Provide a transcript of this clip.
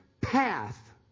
path